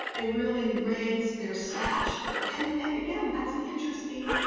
they really raised their stature, and and again that's an interesting,